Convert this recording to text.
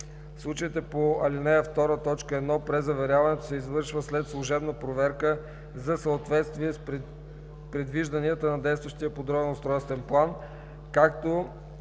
случаите по ал. 2, т. 1 презаверяването се извършва след служебна проверка за съответствие с предвижданията на действащия подробен устройствен план, както